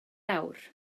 awr